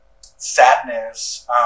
sadness